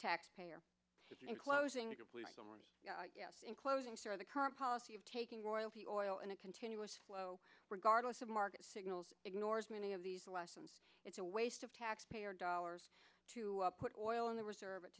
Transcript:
taxpayer in closing in closing the current policy of taking royalty oil and a continuous flow regardless of market signals ignores many of these lessons it's a waste of taxpayer dollars to put oil in the reserve